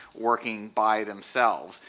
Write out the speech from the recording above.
working by themselves.